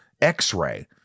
X-Ray